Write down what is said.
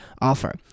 offer